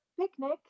picnic